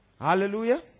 hallelujah